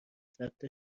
صدتا